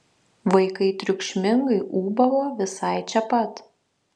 vaikai triukšmingai ūbavo visai čia pat